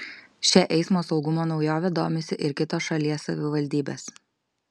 šia eismo saugumo naujove domisi ir kitos šalies savivaldybės